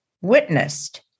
witnessed